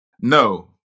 no